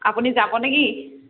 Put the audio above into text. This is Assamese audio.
আপুনি যাবনে কি